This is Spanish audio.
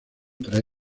tres